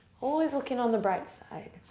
always looking on the bright side.